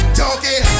donkey